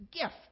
gift